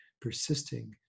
persisting